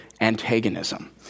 antagonism